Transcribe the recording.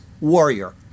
warrior